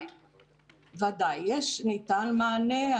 בוודאי, ניתן מענה.